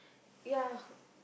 ya